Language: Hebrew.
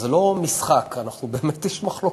אז זה לא משחק, באמת יש מחלוקות.